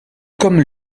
comme